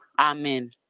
Amen